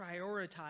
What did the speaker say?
prioritize